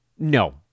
No